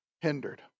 hindered